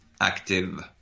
active